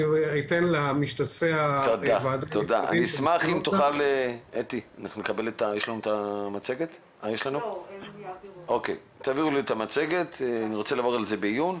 אני אשמח אם תעבירו אלי את המצגת כדי שאעבור עליה בעיון.